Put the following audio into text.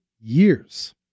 years